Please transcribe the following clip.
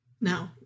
No